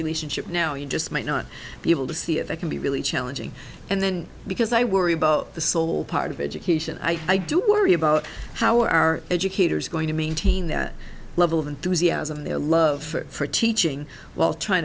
relationship now you just might not be able to see if i can be really challenging and then because i worry about the soul part of education i do worry about how are educators going to maintain their level of enthusiasm their love for teaching while trying